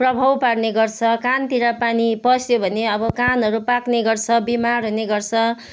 प्रभाव पार्ने गर्छ कानतिर पानी पस्यो भने अब कानहरू पाक्ने गर्छ बिमार हुने गर्छ